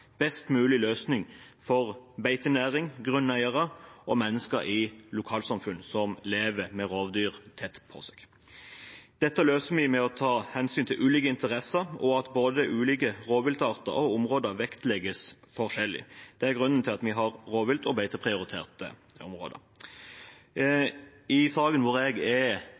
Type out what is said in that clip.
best mulig løsning for beitenæringer, grunneiere og mennesker i lokalsamfunn som lever med rovdyr tett på seg. Dette løser vi ved å ta hensyn til ulike interesser, og ved at både ulike rovviltarter og ulike områder vektlegges forskjellig. Det er grunnen til at vi har rovviltprioriterte områder og beiteprioriterte områder. I saken som jeg er ordfører for, sak nr. 5, er